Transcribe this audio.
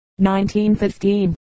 1915